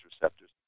receptors